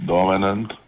Dominant